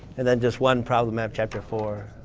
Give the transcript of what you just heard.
and then just one problem at chapter four.